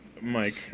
Mike